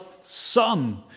son